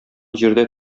җирдә